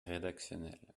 rédactionnel